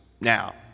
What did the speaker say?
Now